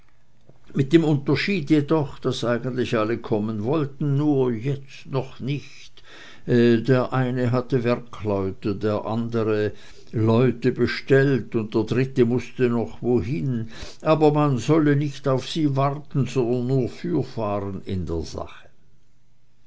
mit dem unterschied jedoch daß eigentlich alle kommen wollten nur jetzt noch nicht der eine hatte werkleute der andere leute bestellt und der dritte mußte noch wohin aber warten solle man nicht auf sie sondern nur fürfahren in der sache